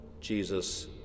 Jesus